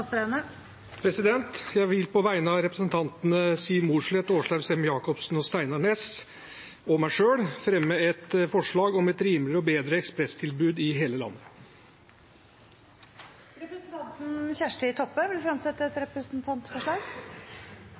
representantforslag. Jeg vil på vegne av representantene Siv Mossleth, Åslaug Sem-Jacobsen, Steinar Ness og meg selv fremme et forslag om et rimeligere og bedre ekspressbusstilbud i hele landet. Representanten Kjersti Toppe vil fremsette et representantforslag.